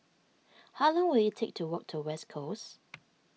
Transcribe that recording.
how long will it take to walk to West Coast